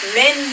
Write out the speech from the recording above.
men